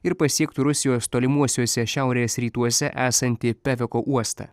ir pasiektų rusijos tolimuosiuose šiaurės rytuose esantį peveko uostą